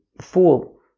fool